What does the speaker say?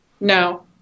No